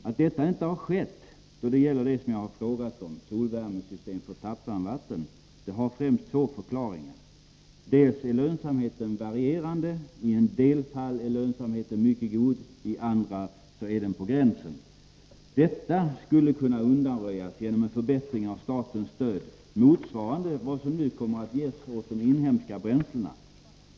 Att detta inte har skett då det gäller det som jag har frågat om, solvärmesystem för tappvarmvatten, har främst två förklaringar. Den första är att lönsamheten är varierande. I en del fall är lönsamheten mycket god. I andra fall är den på gränsen. Detta problem skulle kunna undanröjas genom en förbättring av statens stöd, motsvarande vad som nu kommer att ges åt de inhemska bränslena.